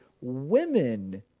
women